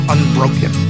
Unbroken